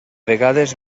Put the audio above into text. vegades